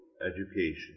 education